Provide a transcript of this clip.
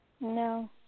No